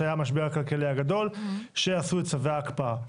שהיה המשבר הכלכלי הגדול ועשו את צווי ההקפאה.